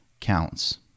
counts